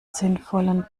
sinnvollen